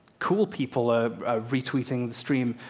cool people are retweeting the stream.